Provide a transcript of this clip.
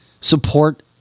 support